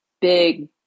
big